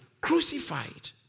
crucified